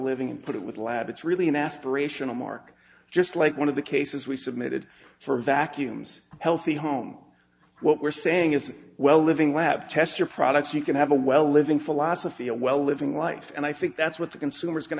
living and put it with lab it's really an aspirational mark just like one of the cases we submitted for vacuums healthy home what we're saying is well living lab test your products you can have a well living philosophy a well living life and i think that's what the consumer is going